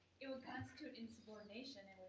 it would constitute insubordination